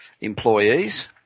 employees